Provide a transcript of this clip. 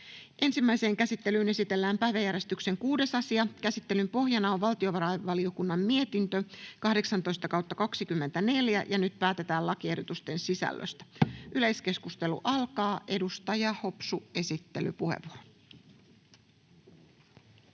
Ensimmäiseen käsittelyyn esitellään päiväjärjestyksen 6. asia. Käsittelyn pohjana on valtiovarainvaliokunnan mietintö VaVM 18/2024 vp. Nyt päätetään lakiehdotusten sisällöstä. — Yleiskeskustelu alkaa. Edustaja Hopsu, esittelypuheenvuoro.